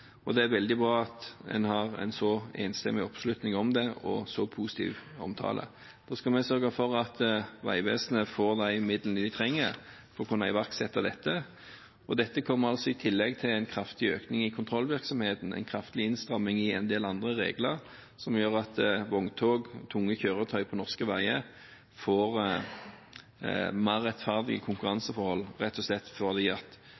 og det er veldig bra at en har en så enstemmig oppslutning om og positiv omtale av det. Vi skal sørge for at Vegvesenet får de midlene de trenger for å kunne iverksette dette. Dette kommer altså i tillegg til en kraftig økning i kontrollvirksomheten, en kraftig innstramming i en del andre regler som gjør at vogntog – tunge kjøretøy på norske veier – får mer rettferdig konkurranseforhold, rett og slett